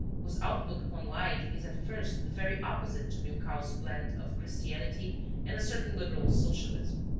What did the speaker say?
whose outlook upon life is at first the very opposite to milkau's blend of christianity and a certain liberal socialism.